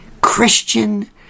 Christian